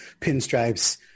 pinstripes